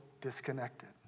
disconnected